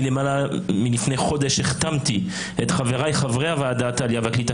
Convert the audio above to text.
לפני למעלה מחודש החתמתי את חבריי חברי ועדת העלייה והקליטה,